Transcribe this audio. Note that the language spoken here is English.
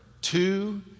two